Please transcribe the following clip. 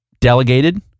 delegated